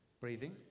Breathing